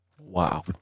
Wow